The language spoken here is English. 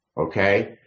okay